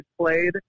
played